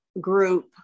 group